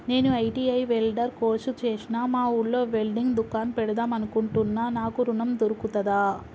నేను ITI welder course చేశ్న మా ఊర్లో వెల్డింగ్ దుకాన్ పెడదాం అనుకుంటున్నా నాకు ఋణం దొర్కుతదా?